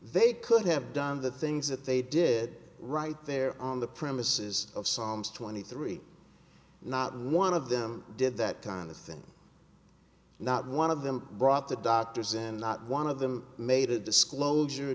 they could have done the things that they did right there on the premises of psalms twenty three not one of them did that kind of thing not one of them brought to doctors and not one of them made a disclosure